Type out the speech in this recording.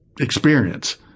experience